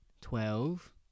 Twelve